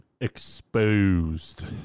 exposed